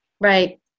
Right